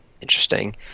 Interesting